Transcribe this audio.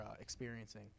experiencing